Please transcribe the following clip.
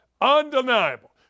Undeniable